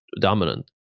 dominant